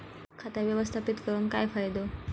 खाता व्यवस्थापित करून काय फायदो?